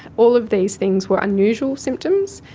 all of these things were unusual symptoms.